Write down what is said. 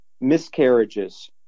miscarriages